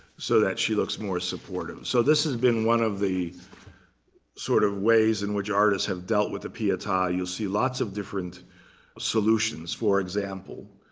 so that she looks more supportive. so this has been one of the sort of ways in which artists have dealt with the pieta. you'll see lots of different solutions. for example,